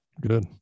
Good